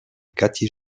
kathy